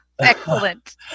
Excellent